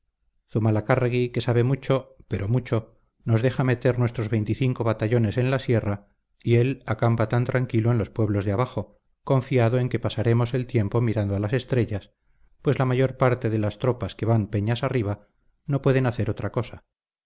uno mejor zumalacárregui que sabe mucho pero mucho nos deja meter nuestros veinticinco batallones en la sierra y él acampa tan tranquilo en los pueblos de abajo confiado en que pasaremos el tiempo mirando a las estrellas pues la mayor parte de las tropas que van peñas arriba no pueden hacer otra cosa